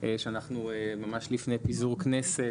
כשאנחנו ממש לפני פיזור הכנסת